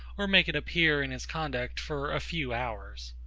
or make it appear in his conduct for a few hours.